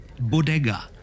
bodega